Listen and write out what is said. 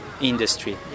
industry